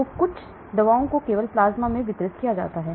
तो कुछ दवाओं को केवल प्लाज्मा में वितरित किया जाएगा